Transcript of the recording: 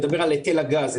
אני מדבר על היטל הגז,